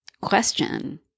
question